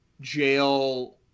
jail